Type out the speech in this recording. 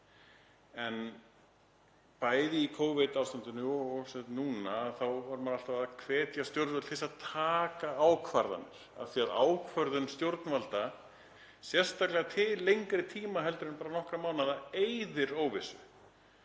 En bæði í Covid-ástandinu og núna var maður alltaf að hvetja stjórnvöld til að taka ákvarðanir af því að ákvörðun stjórnvalda, sérstaklega til lengri tíma en bara nokkurra mánaða, eyðir óvissu.